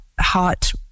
heart